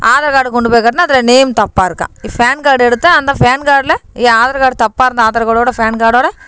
Aadhaar card கொண்டு போய் காட்டினா அதில் நேம் தப்பாக இருக்காம் ஃபேன் கார்டு எடுத்தால் அந்த ஃபேன்கார்டில் என் ஆதார் கார்டு தப்பாக இருந்த ஆதார் கார்டோடு ஃபேன் கார்டோடு